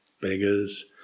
Beggars